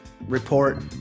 report